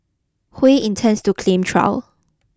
Hui intends to claim trial